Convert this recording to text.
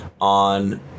on